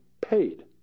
paid